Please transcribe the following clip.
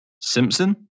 Simpson